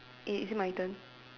it is it my turn